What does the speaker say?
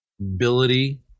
ability